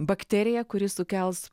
bakterija kuri sukels